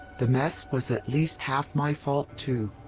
the mess was at least half my fault too.